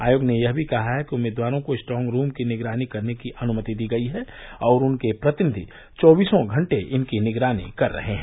आयोग ने यह भी कहा है कि उम्मीदवारों को स्ट्रोंग रूम की निगरानी करने की अनुमति दी गई है और उनके प्रतिनिधि चौबीसों घंटे इसकी निगरानी कर रहे हैं